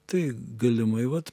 tai galimai vat